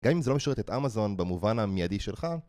גם אם זה לא משרת את אמזון במובן המיידי שלך